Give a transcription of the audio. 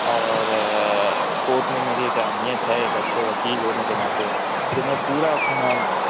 اور کورٹ میں میری ایک اہمیت ہے ایک اچھے وکیل ہونے کے ناطے تو میں پورا اپنا